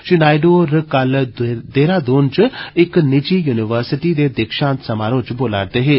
श्री नायडू होर कल देहरादून च इक्क निजि यूनिवर्सिटी र्दे दिक्षांत समारोह च बोला करदे हे